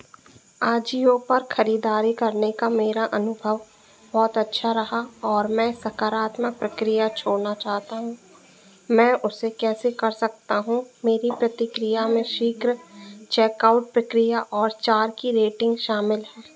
अजियो पर खरीदारी करने का मेरा अनुभव बहुत अच्छा रहा और मैं सकारात्मक प्रतिक्रिया छोड़ना चाहता हूँ मैं उसे कैसे कर सकता हूँ मेरी प्रतिक्रिया में शीघ्र चेक आउट प्रक्रिया और चार की रेटिंग शामिल है